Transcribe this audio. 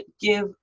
give